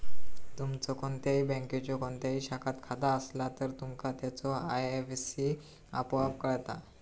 तुमचो कोणत्याही बँकेच्यो कोणत्याही शाखात खाता असला तर, तुमका त्याचो आय.एफ.एस.सी आपोआप कळता